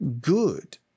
good